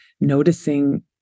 noticing